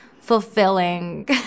fulfilling